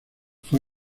fue